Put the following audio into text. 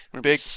big